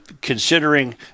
Considering